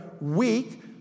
weak